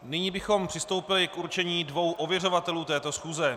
Nyní bychom přistoupili k určení dvou ověřovatelů této schůze.